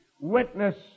witness